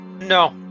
No